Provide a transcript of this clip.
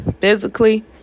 physically